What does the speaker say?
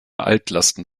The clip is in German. altlasten